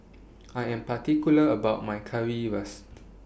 I Am particular about My Currywurst